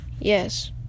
Yes